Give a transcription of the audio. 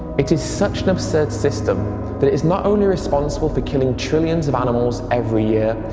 it is such an absurd system that is not only responsible for killing trillions of animals every year,